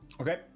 Okay